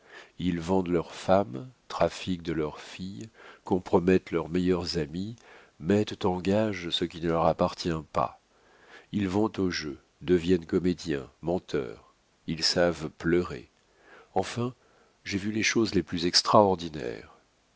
ils vendent leurs femmes trafiquent de leurs filles compromettent leurs meilleurs amis mettent en gage ce qui ne leur appartient pas ils vont au jeu deviennent comédiens menteurs ils savent pleurer enfin j'ai vu les choses les plus extraordinaires